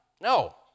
No